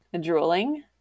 drooling